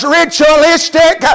ritualistic